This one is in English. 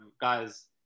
guys